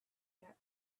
that